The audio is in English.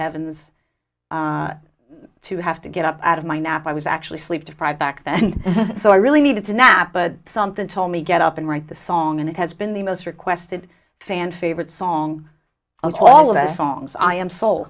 heavens to have to get up out of my nap i was actually sleep deprived back then so i really needed to nap but something told me get up and write the song and it has been the most requested fan favorite song of all of our songs i am so